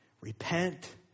Repent